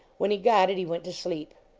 when he got it, he went to sleep.